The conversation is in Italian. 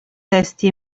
testi